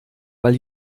weil